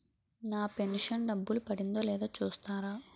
నా pension డబ్బులు పడిందో లేదో చూస్తారా?